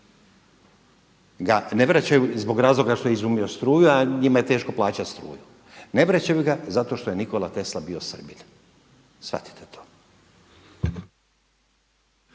ga ne vraćaju zbog razloga što je izumio struju a njima je teško plaćati struju. Ne vračaju ga zato što je Nikola Tesla bio Srbin, shvatite to.